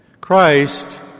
Christ